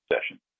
session